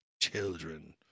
children